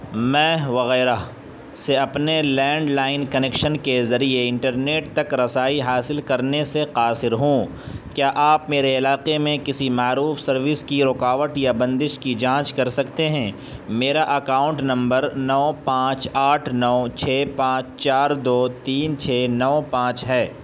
میں وغیرہ سے اپنے لینڈ لائن کنکشن کے ذریعے انٹرنیٹ تک رسائی حاصل کرنے سے قاصر ہوں کیا آپ میرے علاقے میں کسی معروف سروس کی رکاوٹ یا بندش کی جانچ کر سکتے ہیں میرا اکاؤنٹ نمبر نو پانچ آٹھ نو چھ پانچ چار دو تین چھ نو پانچ ہے